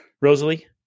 Rosalie